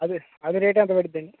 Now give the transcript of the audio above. అది అది రేటు ఎంత పడుద్ది అండి